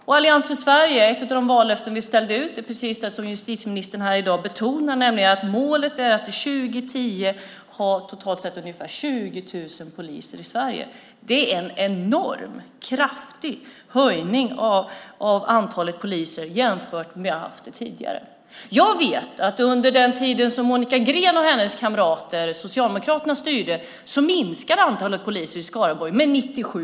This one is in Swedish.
Ett av de vallöften som vi i Allians för Sverige ställde ut är precis det som justitieministern här i dag betonar, nämligen att målet är att till 2010 ha totalt sett ungefär 20 000 poliser i Sverige. Det är en enormt kraftig höjning av antalet poliser jämfört med hur vi har haft det tidigare. Jag vet att under den tiden som Monica Green och hennes kamrater, Socialdemokraterna, styrde minskade antalet poliser i Skaraborg med 97.